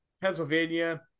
Pennsylvania